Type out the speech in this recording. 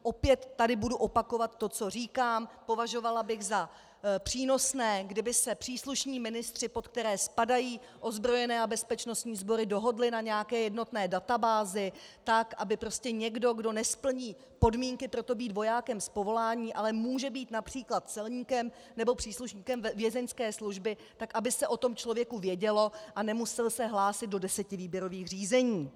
Opět tady budu opakovat to, co říkám: Považovala bych za přínosné, kdyby se příslušní ministři, pod které spadají ozbrojené a bezpečnostní sbory, dohodli na nějaké jednotné databázi, tak aby prostě někdo, kdo nesplní podmínky pro to být vojákem z povolání, ale může být například celníkem nebo příslušníkem Vězeňské služby, tak aby se o tom člověku vědělo a nemusel se hlásit do deseti výběrových řízení.